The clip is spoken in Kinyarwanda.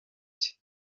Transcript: cye